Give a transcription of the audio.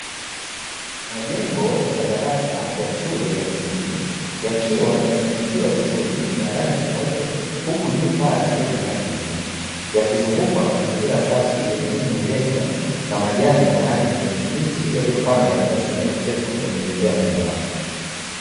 Majengo ya madarasa ya shule ya msingi yakiwa yamesanifiwa vizuri na rangi nyeupe huku juu paa zikiwa zina rangi nyekundu, yakizungukwa na mazingira safi yenye miti mirefu na majani ya rangi ya kijani kibichi, yaliyopandwa katika sehemu ya mchezo yenye bembea mbalimbali.